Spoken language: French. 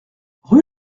rue